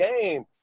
game